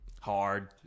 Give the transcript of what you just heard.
Hard